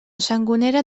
sangonera